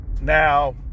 Now